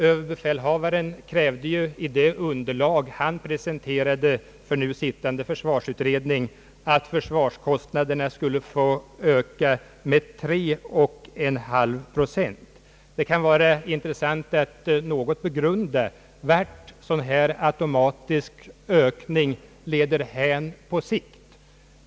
Överbefälhavaren krävde i det underlag som han presenterade den nu sittande försvarsutredningen att försvarskostnaderna skulle få öka med 3,5 procent. Det kan vara intressant att något begrunda vart en sådan här automatisk ökning leder hän på sikt.